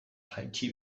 jaitsi